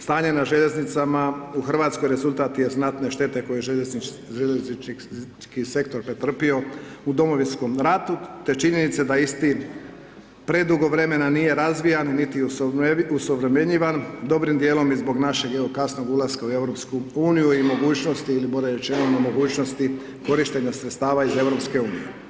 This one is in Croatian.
Stanje na željeznicama u Hrvatskoj rezultat je znatne štete koje je željeznički sektor pretrpio u Domovinskom ratu te je činjenica da isti predugo vrijeme nije razvijan niti osuvremenjivan dobrim dijelom i zbog našeg evo kasnog ulaska u EU i mogućnosti ili bolje rečeno nemogućnosti korištenja sredstava iz EU.